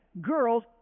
girls